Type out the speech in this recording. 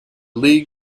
league